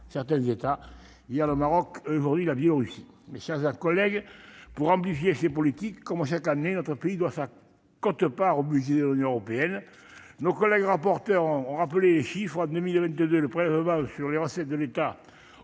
certains États, hier le Maroc, aujourd'hui la Biélorussie. Mes chers collègues, pour amplifier ces politiques, comme chaque année, notre pays doit s'acquitter de sa quote-part au budget de l'Union européenne. Nos collègues rapporteurs ont rappelé les chiffres : en 2022, le prélèvement sur les recettes de l'État au